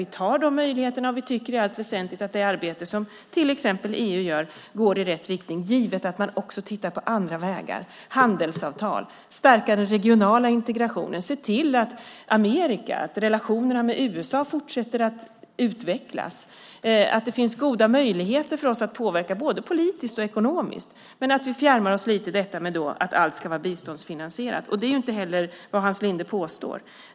Vi använder de möjligheterna. Vi tycker i allt väsentligt att det arbete som till exempel EU gör går i rätt riktning givet att man också tittar på andra vägar, handelsavtal och starkare regional integration. Det gäller att se till att relationerna med USA fortsätter att utvecklas. Det finns goda möjligheter för oss att påverka både politiskt och ekonomiskt, men vi fjärmar oss lite från detta att allt ska vara biståndsfinansierat. Det är inte heller vad Hans Linde påstår.